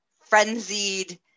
frenzied